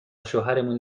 شوهرمون